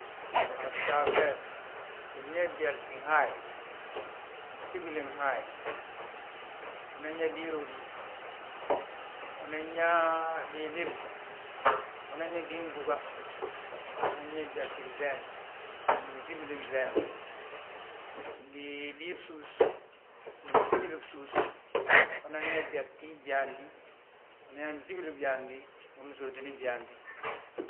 A fjaa fe, binyaaye byaltin haay, msibilin haay, unan yaa biróbi, unan yaa biilibna, unan yaa biiɓúga, unan yaa byaltin ŧeenŧe, ngi bsibilin ŧeenŧe, ngi biibsús, ngi bsibilin bsús, unan yaa byaltin byaanti, unan yaa bsibilin byaanti, uyaa bsóotini byaanti.